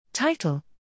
Title